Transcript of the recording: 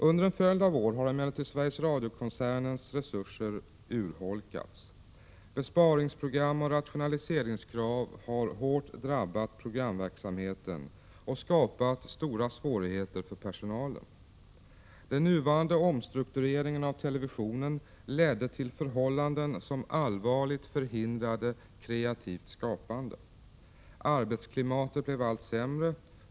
Under en följd av år har emellertid Sveriges Radio-koncernens resurser urholkats. Besparingsprogram och rationaliseringskrav har hårt drabbat programverksamheten och skapat stora svårigheter för personalen. Omstruktureringen av televisionen ledde till förhållanden som allvarligt förhindrade kreativt skapande. Arbetsklimatet blev allt sämre.